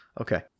Okay